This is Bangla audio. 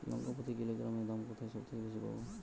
লঙ্কা প্রতি কিলোগ্রামে দাম কোথায় সব থেকে বেশি পাব?